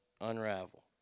unravel